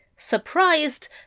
surprised